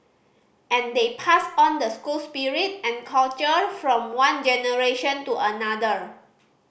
and they pass on the school spirit and culture from one generation to another